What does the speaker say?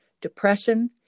depression